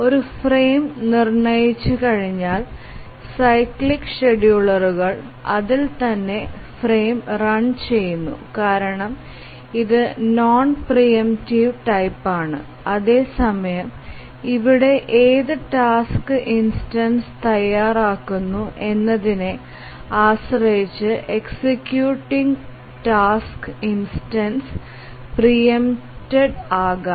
ഒരു ഫ്രെയിം നിർണ്ണയിച്ചുകഴിഞ്ഞാൽ സൈക്ലിക് ഷെഡ്യൂളറുകൾ അതിൽ തന്നെ ഫ്രെയിം റൺ ചെയുന്നു കാരണം ഇത് നോൺ പ്രീ എംപ്റ്റ് ടൈപ്പ് ആണ് അതേസമയം ഇവിടെ ഏത് ടാസ്ക് ഇൻസ്റ്റൻസ് തയ്യാറാകുന്നു എന്നതിനെ ആശ്രയിച്ച് executing task instance preempted ആകാം